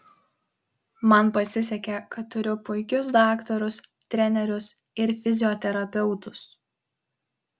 man pasisekė kad turiu puikius daktarus trenerius ir fizioterapeutus